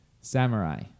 Samurai